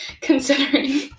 considering